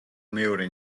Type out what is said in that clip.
მეორე